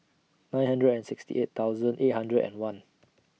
nine hundred and sixty eight thousand eight hundred and one